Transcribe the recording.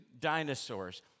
dinosaurs